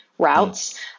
routes